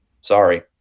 Sorry